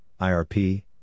IRP